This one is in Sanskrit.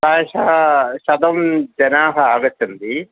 प्रायशः शतं जनाः आगच्छन्ति